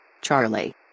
Charlie